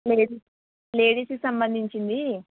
లే లేడీస్ కి సంబంధించినది